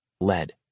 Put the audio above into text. Lead